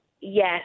Yes